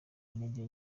intege